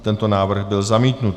Tento návrh byl zamítnut.